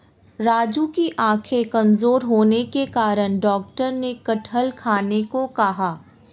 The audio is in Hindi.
राजू की आंखें कमजोर होने के कारण डॉक्टर ने कटहल खाने को कहा